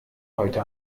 heute